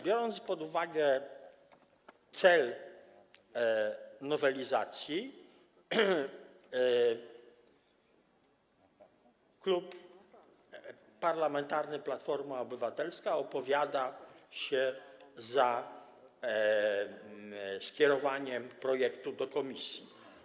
Biorąc pod uwagę cel nowelizacji, Klub Parlamentarny Platforma Obywatelska opowiada się za skierowaniem projektu do komisji.